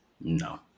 no